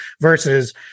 versus